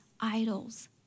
idols